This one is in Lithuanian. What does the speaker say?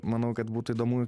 manau kad būtų įdomu